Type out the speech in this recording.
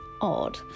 odd